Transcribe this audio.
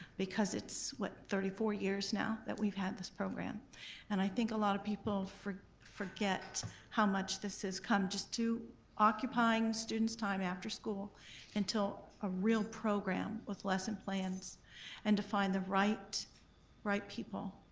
because it's, what, thirty four years now that we've had this program and i think a lot of people forget how much this has come just to occupying students' time after school until a real program with lesson plans and to find the right right people,